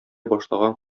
башлаган